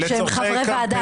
--- שהם גם חברי ועדה.